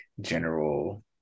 general